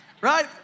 right